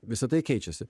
visa tai keičiasi